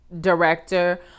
director